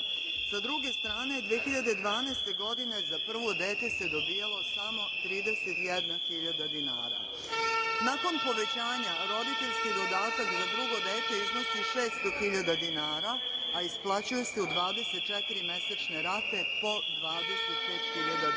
Sa druge strane, 2012. godine za prvo dete se dobijalo samo 31.000 dinara. Nakon povećanja roditeljskog dodatka za drugo dete iznosi 600.000 dinara, a isplaćuje se u 24 mesečne rate po 25.000 dinara,